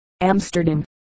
Amsterdam